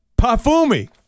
Pafumi